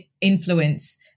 influence